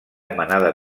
manada